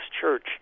Church